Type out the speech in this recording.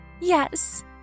Yes